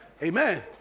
amen